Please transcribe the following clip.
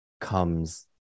comes